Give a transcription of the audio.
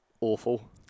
Awful